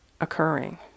occurring